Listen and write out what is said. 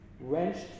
wrenched